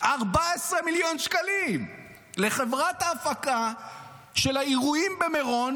14 מיליוני שקלים לחברת ההפקה של אירועים במירון,